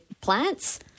plants